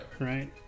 Right